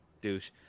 douche